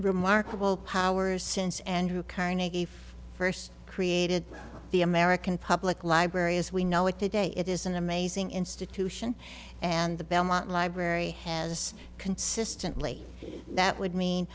remarkable powers since andrew carnegie first created the american public library as we know it today it is an amazing institution and the belmont library has consistently that would mean